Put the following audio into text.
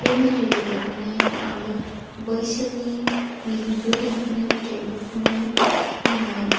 बे मेथाइ रोजाब जेननायाव आंबो बैसोरनि मिलौदो देंखोनि मेथाइफोरखौनो आङो